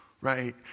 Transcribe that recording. right